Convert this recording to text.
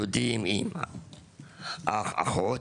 דודים, אח, או אחות.